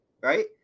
Right